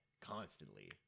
constantly